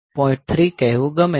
3 કહેવું ગમે છે